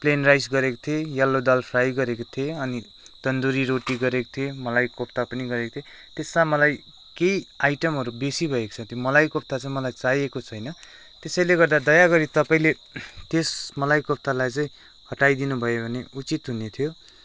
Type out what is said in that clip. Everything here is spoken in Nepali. प्लेन राइस गरेको थिएँ येल्लो दाल फ्राई गरेको थिएँ अनि तन्दुरी रोटी गरको थिएँ मलाई कोफ्ता पनि गरेको थिएँ त्यसमा मलाई केही आइटमहरू बेसी भएको छ त्यो मलाई कोफ्ता चाहिँ मलाई चाहिएको छैन त्यसैले मलाई दयागरी तपाईँले त्यस मलाई कोफ्तालाई चाहिँ हटाइदिनु भयो भने उचित हुने थियो